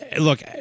look